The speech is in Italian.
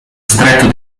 stretto